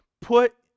put